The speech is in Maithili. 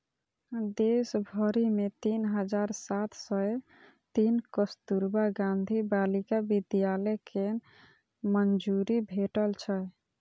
देश भरि मे तीन हजार सात सय तीन कस्तुरबा गांधी बालिका विद्यालय कें मंजूरी भेटल छै